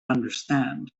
understand